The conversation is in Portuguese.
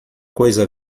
coisa